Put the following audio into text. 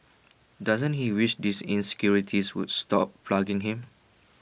doesn't he wish these insecurities would stop plaguing him